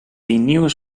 nieuwe